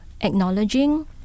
acknowledging